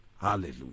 Hallelujah